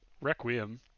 Requiem